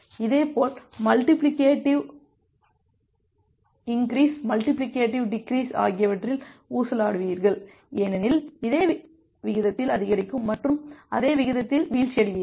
இதேபோல் multiplicative increase multiplicative decrease ஆகியவற்றில் ஊசலாடுவீர்கள் ஏனெனில் அதே விகிதத்தில் அதிகரிக்கும் மற்றும் அதே விகிதத்தில் வீழ்ச்சியடைவீர்கள்